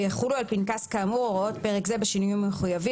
ויחולו על פנקס כאמור הוראות פרק זה בשינויים המחויבים.